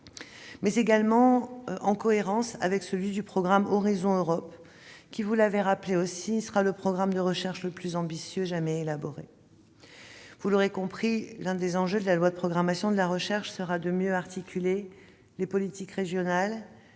mais également avec celui du programme Horizon Europe, qui, comme vous l'avez rappelé, sera le programme de recherche le plus ambitieux jamais élaboré. Vous l'aurez compris, l'un des enjeux de la loi de programmation pluriannuelle pour la recherche sera de mieux articuler les politiques régionales,